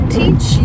teach